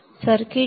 circuit च्या